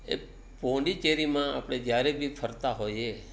એ પોંડિચેરીમાં આપણે જ્યારે બી ફરતા હોઈએ